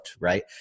right